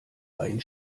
rein